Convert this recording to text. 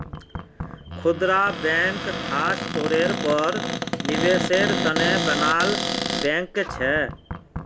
खुदरा बैंक ख़ास तौरेर पर निवेसेर तने बनाल बैंक छे